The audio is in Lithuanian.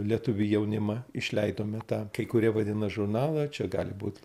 lietuvių jaunimą išleidome tą kai kurie vadina žurnalą čia gali būt